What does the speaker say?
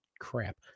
crap